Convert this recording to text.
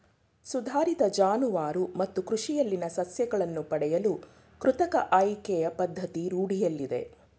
ಸುಧಾರಿತ ಜಾನುವಾರು ಮತ್ತು ಕೃಷಿಯಲ್ಲಿನ ಸಸ್ಯಗಳನ್ನು ಪಡೆಯಲು ಕೃತಕ ಆಯ್ಕೆಯ ಪದ್ಧತಿ ರೂಢಿಯಲ್ಲಿದೆ